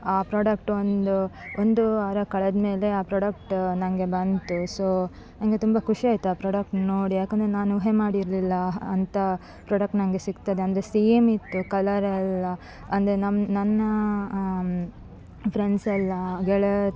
ಆ ಪ್ರಾಡಕ್ಟ್ ಒಂದು ಒಂದು ವಾರ ಕಳೆದಮೇಲೆ ಆ ಪ್ರಾಡಕ್ಟ್ ನನಗೆ ಬಂತು ಸೊ ನನಗೆ ತುಂಬ ಖುಷಿಯಾಯಿತು ಆ ಪ್ರಾಡಕ್ಟ್ ನೋಡಿ ಯಾಕೆಂದ್ರೆ ನಾನು ಊಹೆ ಮಾಡಿರಲಿಲ್ಲ ಅಂಥ ಪ್ರಾಡಕ್ಟ್ ನನಗೆ ಸಿಗ್ತದೆ ಅಂದರೆ ಸೇಮ್ ಇತ್ತು ಕಲರೆಲ್ಲ ಅಂದರೆ ನಮ್ಮ ನನ್ನ ಫ್ರೆಂಡ್ಸೆಲ್ಲ ಗೆಳ